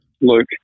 Luke